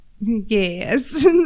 yes